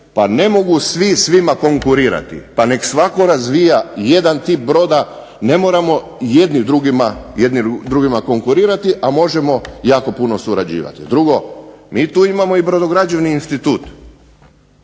pa ne mogu svi svima konkurirati. Pa nek' svatko razvija jedan tip broda. Ne moramo jedni drugima konkurirati, a možemo jako puno surađivati. A drugo, mi tu imamo i brodograđevni institut.